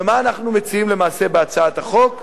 מה אנחנו מציעים למעשה בהצעת החוק?